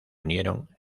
unieron